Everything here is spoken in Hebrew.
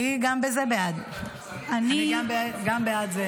בזה גם אני בעד.